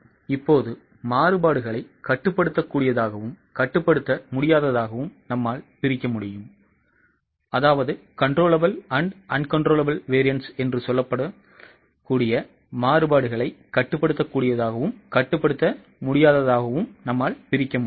இப்போது மாறுபாடுகளை கட்டுப்படுத்தக்கூடியதாகவும் கட்டுப்படுத்த முடியாததாகவும் பிரிக்கலாம்